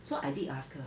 so I did ask her